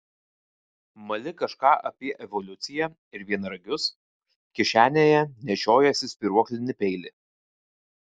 mali kažką apie evoliuciją ir vienaragius kišenėje nešiojiesi spyruoklinį peilį